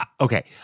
Okay